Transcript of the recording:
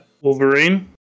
Wolverine